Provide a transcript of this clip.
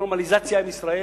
ונורמליזציה עם ישראל.